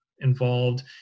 involved